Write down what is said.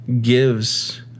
gives